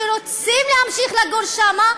שרוצים להמשיך לגור שם,